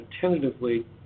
tentatively